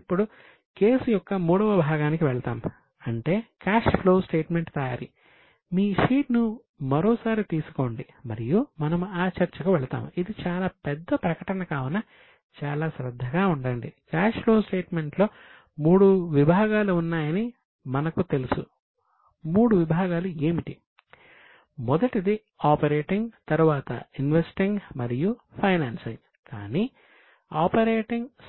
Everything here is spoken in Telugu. ఇప్పుడు కేసు యొక్క మూడవ భాగానికి వెళ్దాం అంటే క్యాష్ ఫ్లో స్టేట్మెంట్